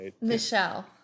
Michelle